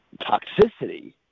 toxicity